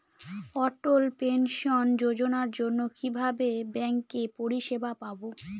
অটল pension যোজনার জন্য কিভাবে ব্যাঙ্কে পরিষেবা পাবো?